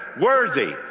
worthy